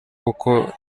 kuko